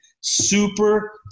super